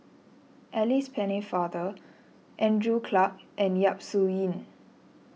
Alice Pennefather Andrew Clarke and Yap Su Yin